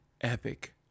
epic